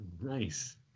Nice